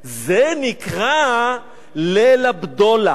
זה נקרא "ליל הבדולח";